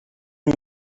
and